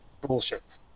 bullshit